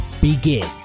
begin